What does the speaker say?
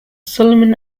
solomon